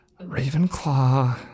Ravenclaw